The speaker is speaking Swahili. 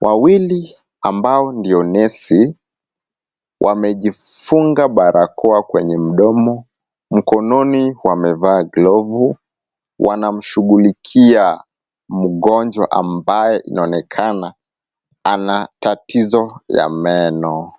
Wawili ambao ndio nurse wamejifunga barakoa kwenye mdomo, mkononi wamevaa glove , wanamshughulikia mgonjwa ambaye inaonekana ana tatizo ya meno.